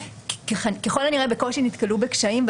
ככל הנראה בקושי נתקלו בקשיים.